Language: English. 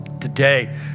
Today